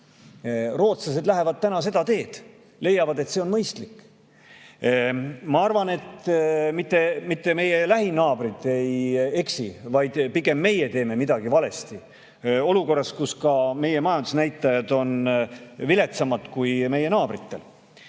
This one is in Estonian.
Rootslased lähevad täna seda teed, leiavad, et see on mõistlik. Ma arvan, et mitte meie lähinaabrid ei eksi, vaid pigem meie teeme midagi valesti olukorras, kus meie majandusnäitajad on viletsamad kui meie naabritel. Nüüd,